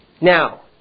Now